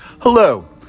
Hello